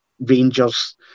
Rangers